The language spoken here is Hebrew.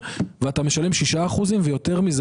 ומשלם 6%. יותר מכך,